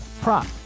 prop